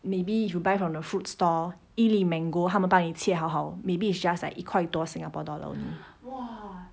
maybe if you buy from the fruit store 一粒 mango 他们帮你切好好 maybe it's just like 一块多 singapore dollar only